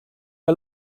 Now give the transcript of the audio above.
are